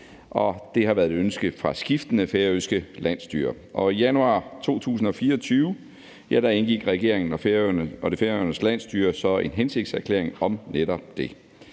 Det har været et ønske fra skiftende færøske landsstyrer. I januar 2024 indgik regeringen og Færøernes Landsstyre så en hensigtserklæring om netop det.